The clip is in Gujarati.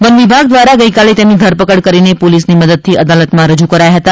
વન વિભાગ દ્વારા ગઇકાલે તેમની ધરપકડ કરીને પોલીસની મદદથી અદાલતમાં રજુ કરાયા હતા